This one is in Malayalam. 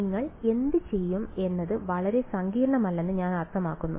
നിങ്ങൾ എന്തുചെയ്യും എന്നത് വളരെ സങ്കീർണ്ണമല്ലെന്ന് ഞാൻ അർത്ഥമാക്കുന്നു